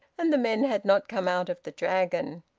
and the men had not come out of the dragon.